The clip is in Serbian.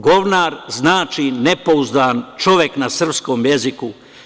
Govnar znači nepouzdan čovek na srpskom jeziku.